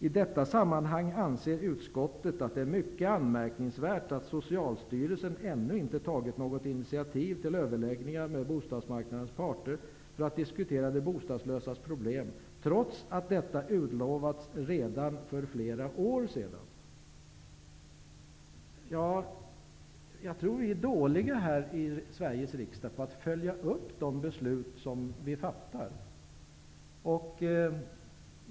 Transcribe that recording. ''I detta sammanhang anser utskottet det mycket anmärkningsvärt att Socialstyrelsen ännu inte tagit något initiativ till överläggningar med bostadsmarknadens parter för att diskutera de bostadslösas problem trots att detta utlovats redan för flera år sedan.'' Jag tror att vi i Sveriges riksdag är dåliga på att följa upp de beslut som vi fattar.